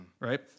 Right